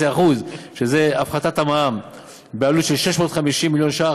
שזה הפערים הגדולים שיש בחברה ועל פערים בשכר.